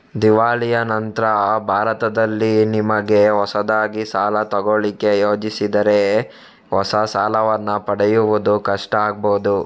ದಿವಾಳಿಯ ನಂತ್ರ ಭಾರತದಲ್ಲಿ ನಿಮಿಗೆ ಹೊಸದಾಗಿ ಸಾಲ ತಗೊಳ್ಳಿಕ್ಕೆ ಯೋಜಿಸಿದರೆ ಹೊಸ ಸಾಲವನ್ನ ಪಡೆಯುವುದು ಕಷ್ಟ ಆಗ್ಬಹುದು